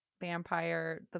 Vampire